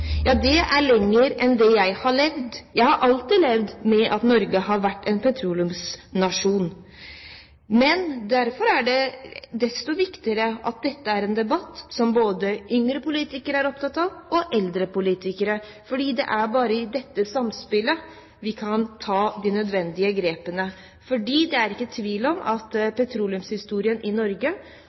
Ja, det er lenger enn jeg har levd. Jeg har alltid levd med at Norge har vært en petroleumsnasjon. Men derfor er det desto viktigere at dette er en debatt som både yngre og eldre politikere er opptatt av. Det er bare i dette samspillet vi kan ta de nødvendige grepene, for det er ikke tvil om at petroleumshistorien i Norge